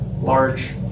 large